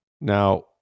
Now